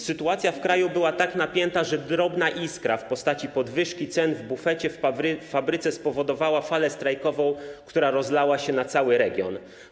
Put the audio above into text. Sytuacja w kraju była tak napięta, że drobna iskra w postaci podwyżki cen w bufecie w fabryce spowodowała falę strajkową, która rozlała się na cały region.